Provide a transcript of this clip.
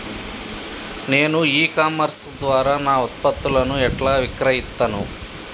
నేను e commerce ద్వారా నా ఉత్పత్తులను ఎట్లా విక్రయిత్తను?